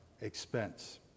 expense